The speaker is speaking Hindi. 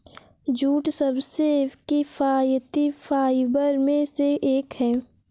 जूट सबसे किफायती फाइबर में से एक है